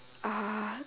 are